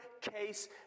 case